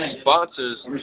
sponsors